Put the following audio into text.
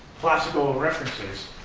classical references.